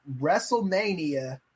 WrestleMania